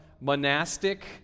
monastic